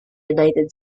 united